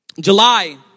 July